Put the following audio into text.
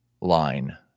line